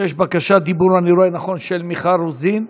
אני רואה שיש בקשת דיבור של חברת הכנסת מיכל רוזין,